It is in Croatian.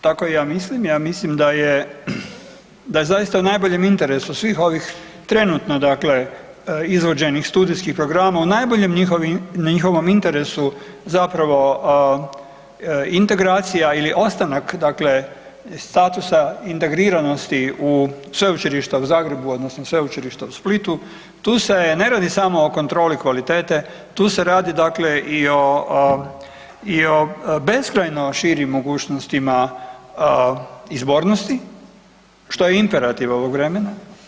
Tako i ja mislim, ja mislim da je zaista u najboljem interesu svih ovih trenutno dakle izvođenih studijskih programa u najboljem njihovom interesu zapravo, integracija ili ostanak dakle statusa integriranosti u Sveučilišta u Zagrebu, odnosno Sveučilišta u Splitu, tu se ne radi samo o kontroli kvalitete, tu se radi dakle i o beskrajno širim mogućnosti izbornosti, što je imperativ ovog vremena.